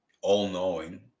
all-knowing